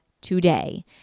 today